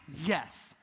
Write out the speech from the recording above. Yes